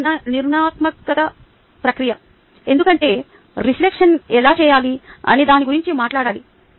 ఇది నిర్మాణాత్మక ప్రక్రియ ఎందుకంటే మనం రిఫ్లెక్షన్ ఎలా చేయాలి అనే దాని గురించి మాట్లాడాలి